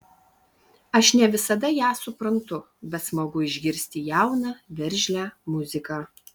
aš ne visada ją suprantu bet smagu išgirsti jauną veržlią muziką